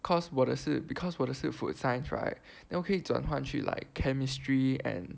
cause 我的是 because 我的是 food science right then 我可以转换去 like chemistry and